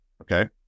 okay